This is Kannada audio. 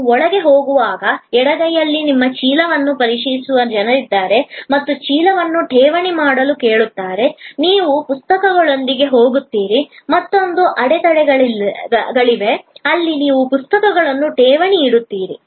ನೀವು ಒಳಗೆ ಹೋಗುವಾಗ ಎಡಗೈಯಲ್ಲಿ ನಿಮ್ಮ ಚೀಲವನ್ನು ಪರಿಶೀಲಿಸುವ ಜನರಿದ್ದಾರೆ ಮತ್ತು ಚೀಲವನ್ನು ಠೇವಣಿ ಮಾಡಲು ಕೇಳುತ್ತಾರೆ ನೀವು ಪುಸ್ತಕಗಳೊಂದಿಗೆ ಹೋಗುತ್ತೀರಿ ಮತ್ತೊಂದು ಅಡೆತಡೆಗಳಿವೆ ಅಲ್ಲಿ ನೀವು ಪುಸ್ತಕಗಳನ್ನು ಠೇವಣಿ ಇಡುತ್ತೀರಿ